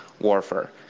warfare